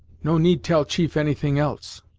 no need tell chief any thing else.